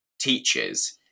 teaches